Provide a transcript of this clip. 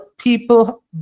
people